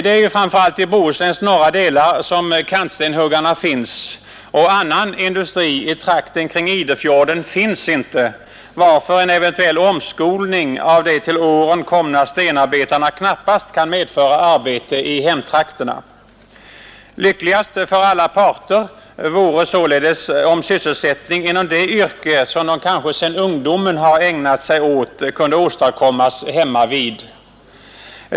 Det är ju framför allt i Bohusläns norra delar som kantstenshuggarna finns, och annan industri i trakten kring Idefjorden finns inte, varför en eventuell omskolning av de till åren komna stenarbetarna knappast kan medföra arbete i hemtrakterna. Lyckligast för alla parter vore således om sysselsättningen inom det yrke, som dessa arbetare kanske sedan ungdomen ägnat sig åt, kunde åstadkommas hemmavid.